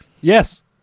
Yes